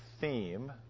theme